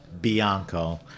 Bianco